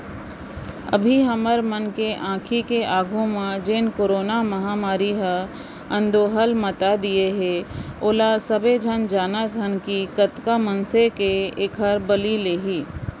अभी हमर मन के आंखी के आघू म जेन करोना महामारी ह अंदोहल मता दिये हे ओला सबे झन जानत हन कि कतका मनसे के एहर बली लेही